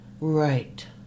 right